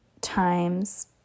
times